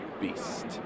beast